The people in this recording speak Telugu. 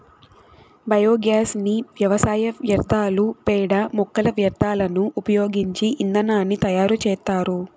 బయోగ్యాస్ ని వ్యవసాయ వ్యర్థాలు, పేడ, మొక్కల వ్యర్థాలను ఉపయోగించి ఇంధనాన్ని తయారు చేత్తారు